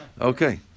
Okay